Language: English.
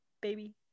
baby